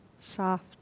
soft